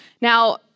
Now